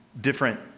different